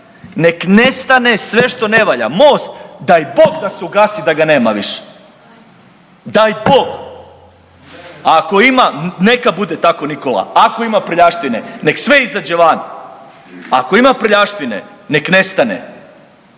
nek nestane sve što ne valja, MOST daj bog da se ugasi da ga nema više. Daj bog. A ako ima neka bude tako Nikola, ako ima prljavštine nek sve izađe van. Ako ima prljavštine nek nestane.